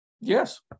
Yes